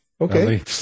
okay